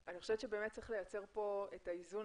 שאני חושבת שבאמת צריך לייצר כאן את האיזון